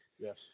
yes